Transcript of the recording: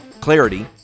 clarity